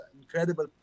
incredible